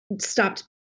stopped